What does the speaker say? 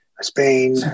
Spain